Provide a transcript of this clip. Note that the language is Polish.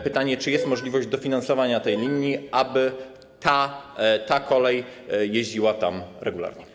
Pytanie: Czy jest możliwość dofinansowania tej linii, tak aby ta kolej jeździła tam regularnie?